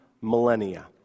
millennia